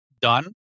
done